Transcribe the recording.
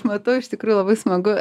matau iš tikrųjų labai smagu